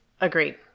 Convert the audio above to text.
Agreed